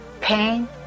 pain